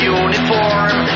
uniform